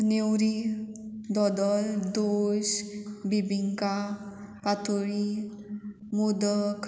Nevari dodol dosh bebinca patoli modak